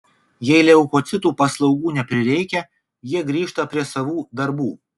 jei leukocitų paslaugų neprireikia jie grįžta prie savų darbų